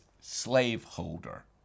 slaveholder